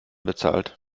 bezahlt